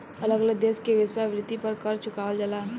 अलग अलग देश में वेश्यावृत्ति पर कर चुकावल जाला